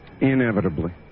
inevitably